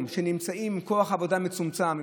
שנמצאים היום עם כוח עבודה מצומצם,